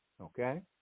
Okay